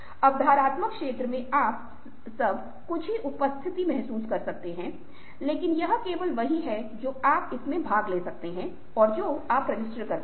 अवधारणात्मक क्षेत्र में आप सब कुछ की उपस्थिति महसूस कर सकते हैं लेकिन यह केवल वही है जो आप इसमें भाग ले सकते हैं जो आप रजिस्टर करते हैं